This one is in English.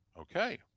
okay